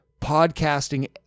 podcasting